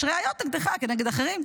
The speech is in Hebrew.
יש ראיות נגדך, כנגד אחרים.